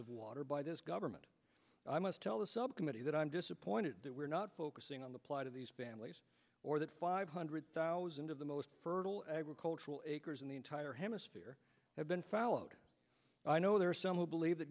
of water by this government i'm going to tell the subcommittee that i'm disappointed that we're not focusing on the plight of these families or that five hundred thousand of the most fertile agricultural in the entire hemisphere have been followed i know there are some who believe the